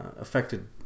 affected